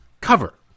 cover